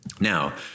Now